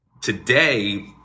Today